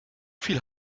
viel